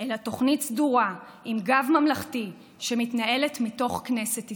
אלא תוכנית סדורה עם גב ממלכתי שמתנהלת מתוך כנסת ישראל.